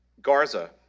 Garza